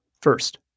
first